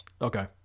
Okay